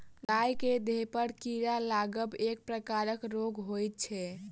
गाय के देहपर कीड़ा लागब एक प्रकारक रोग होइत छै